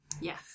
Yes